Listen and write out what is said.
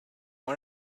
one